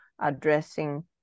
addressing